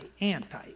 anti